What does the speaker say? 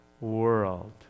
world